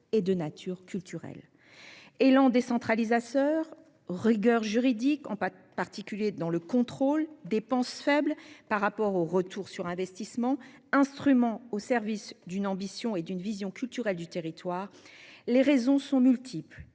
est de nature culturelle. Élan décentralisateur, rigueur juridique, en particulier dans le contrôle, dépense faible par rapport au retour sur investissement, instrument au service d'une ambition et d'une vision culturelle du territoire, les raisons sont multiples